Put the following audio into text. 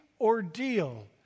ordeal